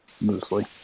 Mostly